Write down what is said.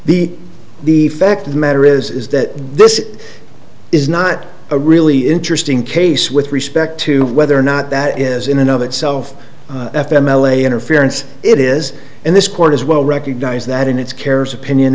the the fact of the matter is that this is not a really interesting case with respect to whether or not that is in and of itself f m l a interference it is in this court as well recognize that in its cares opinion